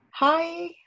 Hi